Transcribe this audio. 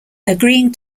agreeing